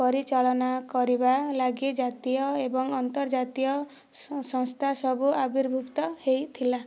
ପରିଚାଳନା କରିବା ଲାଗି ଜାତୀୟ ଏବଂ ଅନ୍ତର୍ଜାତୀୟ ସଂସ୍ଥା ସବୁ ଆବିର୍ଭୁକ୍ତ ହୋଇଥିଲା